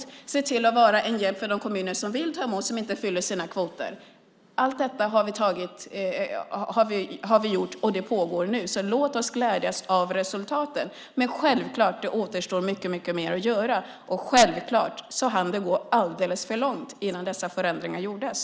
Kontaktpersonen ska se till att vara en hjälp för de kommuner som vill ta emot och som inte fyller sina kvoter. Allt detta har vi gjort, och det pågår nu. Låt oss glädjas åt resultaten! Men självfallet återstår det mycket mer att göra. Och självfallet hann det gå alldeles för långt innan dessa förändringar gjordes.